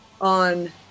on